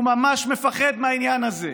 הוא ממש מפחד מהעניין הזה.